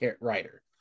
writer